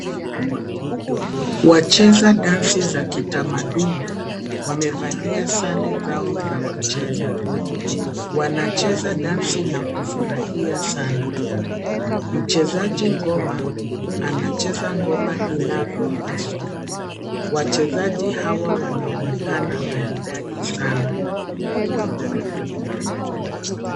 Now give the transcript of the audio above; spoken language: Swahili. Wacheza dansi za kitamaduni, wamevalia sare zao za kucheza. Wanacheza dansi na kufurahia sana. Mchezaji ngoma anacheza ngoma inavyopaswa. Wachezaji hawa wanaonekana maridadi sana.